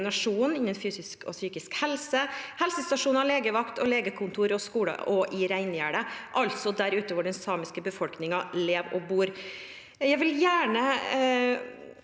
innen fysisk og psykisk helse, til helsestasjoner, legevakt, legekontor og skoler, og i reingjerdet, altså der ute hvor den samiske befolkningen lever og bor. Jeg vil gjerne